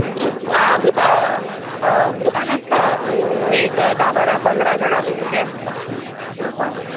group आं ग्रूपा ह ह ग्रुपान आसता एक धा बारा पंदरा जाण बी तशीं आसता ग्रुपान